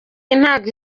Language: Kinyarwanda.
ntabwo